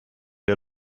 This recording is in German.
der